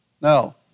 Now